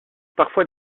parfois